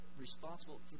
responsible